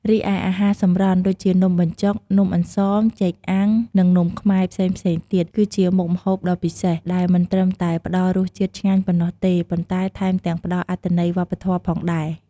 រីឯអាហារសម្រន់ ដូចជានំបញ្ចុក នំអន្សម ចេកអាំង និងនំខ្មែរ ផ្សេងៗទៀត គឺជាមុខម្ហូបដ៏ពិសេស ដែលមិនត្រឹមតែផ្តល់រសជាតិឆ្ងាញ់ប៉ុណ្ណោះទេ ប៉ុន្តែថែមទាំងផ្ដល់អត្ថន័យវប្បធម៌ផងដែរ។